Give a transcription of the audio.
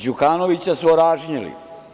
Đukanovića su oražnjili.